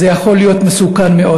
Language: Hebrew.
זה יכול להיות מסוכן מאוד.